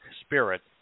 spirit